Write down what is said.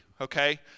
okay